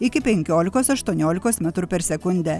iki penkiolikos aštuoniolikos metrų per sekundę